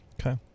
Okay